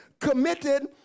committed